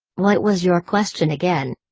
what was your question again?